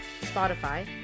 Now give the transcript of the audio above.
Spotify